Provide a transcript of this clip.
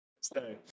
Stay